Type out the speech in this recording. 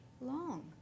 long